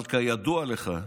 אבל כידוע לך,